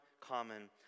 common